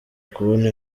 kubona